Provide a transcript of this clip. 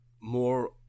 more